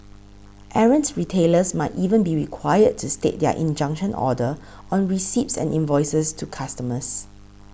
errant retailers might even be required to state their injunction order on receipts and invoices to customers